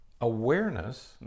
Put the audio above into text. Awareness